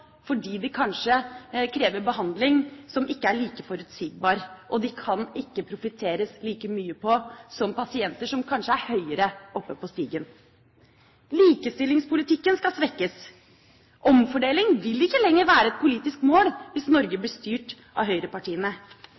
fordi de kanskje krever behandling som ikke er like forutsigbar, og de kan ikke profitteres like mye på som pasienter som kanskje er høyere oppe på stigen. Likestillingspolitikken skal svekkes. Omfordeling vil ikke lenger være et politisk mål hvis Norge blir styrt av høyrepartiene.